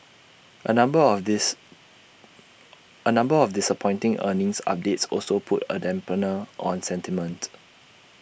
A number of dis A number of disappointing earnings updates also put A dampener on sentiment